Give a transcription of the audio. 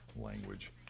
Language